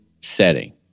setting